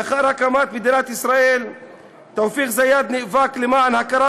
לאחר הקמת מדינת ישראל תאופיק זיאד נאבק למען הכרה